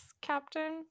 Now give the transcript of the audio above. captain